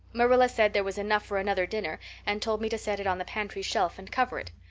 marilla said there was enough for another dinner and told me to set it on the pantry shelf and cover it.